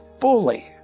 fully